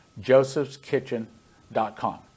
josephskitchen.com